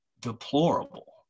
deplorable